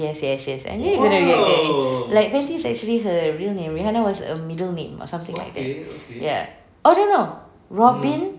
yes yes yes I knew you were going to react that way like fenty is actually her real name like rihanna was a middle name or something like that ya oh no no robyn